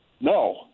No